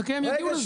חכה, הם יגיעו לזה.